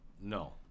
no